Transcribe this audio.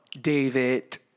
David